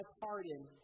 pardon